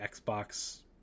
xbox